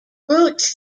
routes